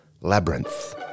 Labyrinth